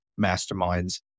masterminds